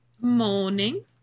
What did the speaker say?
Morning